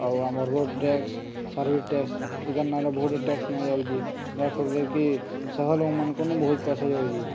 ଆଉ ଆମର road tax service tax ଏ ଦାନିନର ବହୁଟ ଟ୍ୟାକ୍ସ ନିଆଯାଉଛି ଯାହାଫଳରେକି ସାଧାରଣ ଲୋକମାନଙ୍କନୁ ବହୁତ ପଇସା ଯାଉଛି